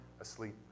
asleep